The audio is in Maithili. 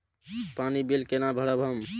पानी बील केना भरब हम?